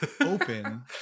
open